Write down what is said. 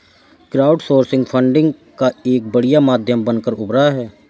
crowdsourcing funding का एक बढ़िया माध्यम बनकर उभरा है